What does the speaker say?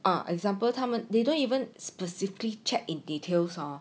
ah example 他们 they don't even specifically check in details hor